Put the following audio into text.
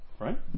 Right